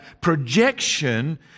projection